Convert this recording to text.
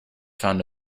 found